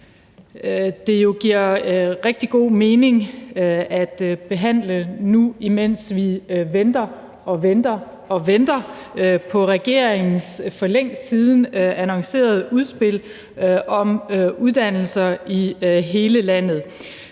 jo giver rigtig god mening at behandle nu, imens vi venter og venter på regeringens for længe siden annoncerede udspil om uddannelser i hele landet.